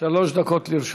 שלוש דקות לרשותך.